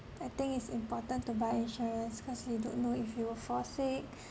I think is important to buy insurance cause you don't know if you will fall sick